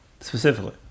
specifically